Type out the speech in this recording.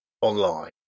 online